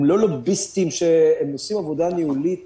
הם לא לוביסטים, הם עושים עבודה ניהולית טובה,